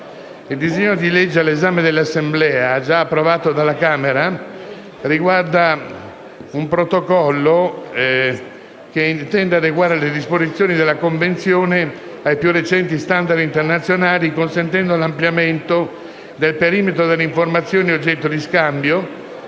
Il disegno di legge all'esame dell'Assemblea, già approvato dalla Camera dei deputati, riguarda un protocollo che intende adeguare le disposizioni della Convenzione ai più recenti *standard* internazionali consentendo l'ampliamento del perimetro delle informazioni oggetto di scambio,